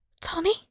Tommy